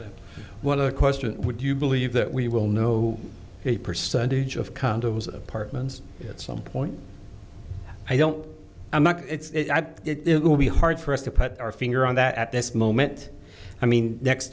well the question would you believe that we will know a percentage of condos apartments at some point i don't i'm not it's it will be hard for us to put our finger on that at this moment i mean next